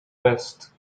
best